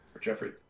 Jeffrey